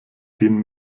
den